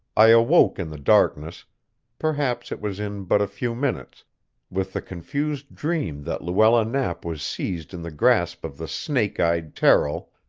i awoke in the darkness perhaps it was in but a few minutes with the confused dream that luella knapp was seized in the grasp of the snake-eyed terrill,